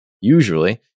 usually